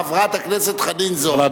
חברת הכנסת חנין זועבי.